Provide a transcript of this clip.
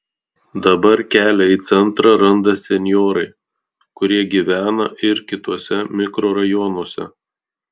dabar kelią į centrą randa senjorai kurie gyvena ir kituose mikrorajonuose